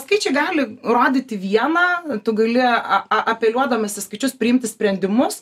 skaičiai gali rodyti vieną tu gali a apeliuodamas į skaičius priimti sprendimus